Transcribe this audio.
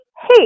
Hey